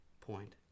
point